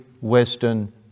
Western